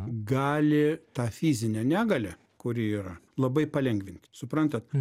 gali tą fizinę negalią kuri yra labai palengvinti suprantat